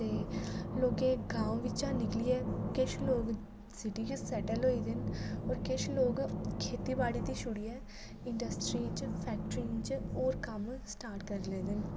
ते लोगें गांव बिच्चा निकलियै किश लोग सिटी च सैटल होई गेदे न होर किश लोग खेतीबाड़ी ते छोड़ियै इंडस्ट्री च फैक्टरियें च होर कम्म स्टार्ट करी लैदे न